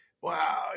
Wow